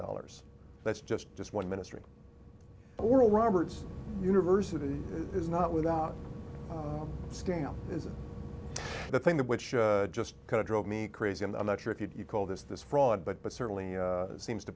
dollars that's just just one ministry oral roberts university is not without scale is the thing that which just kind of drove me crazy and i'm not sure if you call this this fraud but but certainly seems to